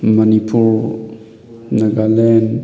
Manipur Nagaland